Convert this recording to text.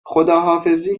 خداحافظی